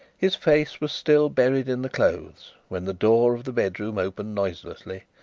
his face was still buried in the clothes when the door of the bed-room opened noiselessly,